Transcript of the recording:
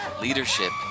Leadership